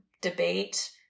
debate